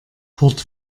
port